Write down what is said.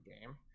game